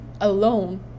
alone